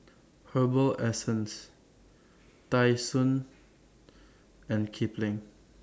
Herbal Essences Tai Sun and Kipling